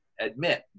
admit